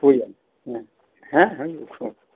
ᱦᱩᱭᱟᱱ ᱦᱮᱸ ᱦᱮᱸ ᱦᱩᱭᱩᱜ ᱟᱠᱚ